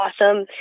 awesome